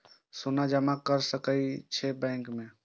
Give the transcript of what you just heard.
सोना जमा कर सके छी बैंक में?